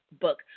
book